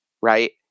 right